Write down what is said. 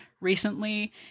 recently